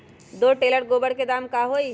दो टेलर गोबर के दाम का होई?